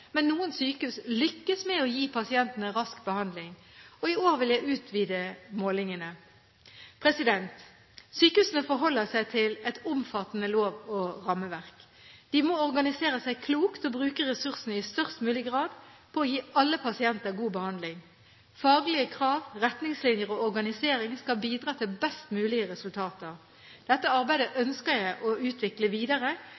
men noen sykehus lykkes med å gi pasientene rask behandling. I år vil jeg utvide målingene. Sykehusene forholder seg til et omfattende lov- og rammeverk. De må organisere seg klokt og bruke ressursene i størst mulig grad til å gi alle pasienter god behandling. Faglige krav, retningslinjer og organisering skal bidra til best mulige resultater. Dette arbeidet